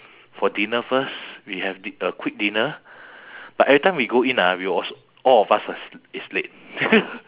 for dinner first we have di~ a quick dinner but every time we go in ah we all s~ all of us us is late